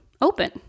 open